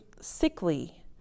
sickly